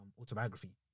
autobiography